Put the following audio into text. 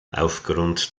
aufgrund